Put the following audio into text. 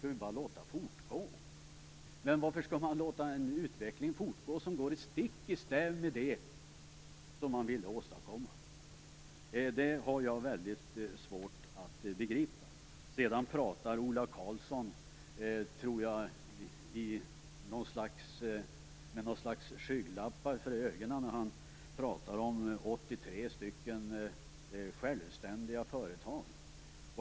Jag har väldigt svårt att begripa varför man skall låta en utveckling som går stick i stäv emot det som man vill åstadkomma fortgå. Det verkar vidare som om Ola Karlsson skulle ha skygglappar för ögonen när han talar om 83 självständiga företag.